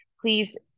Please